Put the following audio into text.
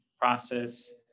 process